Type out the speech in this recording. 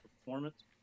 performance